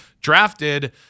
drafted